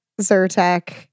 Zyrtec